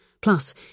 Plus